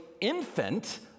infant